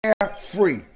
Carefree